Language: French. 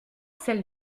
celle